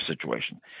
situation